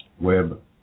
web